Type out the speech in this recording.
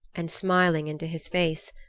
and smiling into his face,